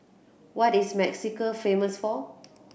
what is Mexico famous for